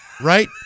Right